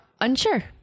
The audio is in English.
unsure